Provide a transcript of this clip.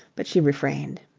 but she refrained.